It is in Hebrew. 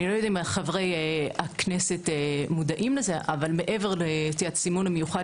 לא יודעת אם חברי הכנסת מודעים לזה אבל מעבר לסימון המיוחד